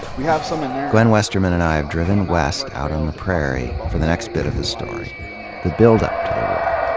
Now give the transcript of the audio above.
we have some in there. gwen westerman and i have driven west out on the prairie for the next bit of the story, and the buildup to the war.